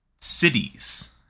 cities